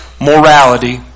morality